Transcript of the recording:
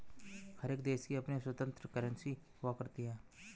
हर एक देश की अपनी स्वतन्त्र करेंसी हुआ करती है